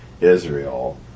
Israel